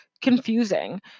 confusing